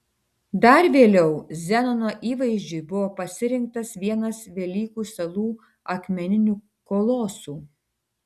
dar vėliau zenono įvaizdžiui buvo pasirinktas vienas velykų salų akmeninių kolosų